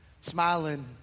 smiling